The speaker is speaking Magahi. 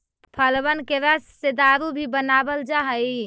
फलबन के रस से दारू भी बनाबल जा हई